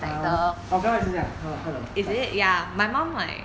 (uh huh) oh dell 也是这样他的他的这样